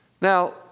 Now